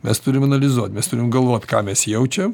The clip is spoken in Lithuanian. mes turim analizuot mes turim galvot ką mes jaučiam